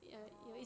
orh